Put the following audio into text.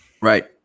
Right